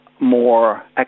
more